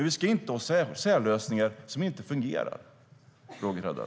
Vi ska inte ha särlösningar som inte fungerar, Roger Haddad.